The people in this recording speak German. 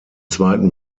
zweiten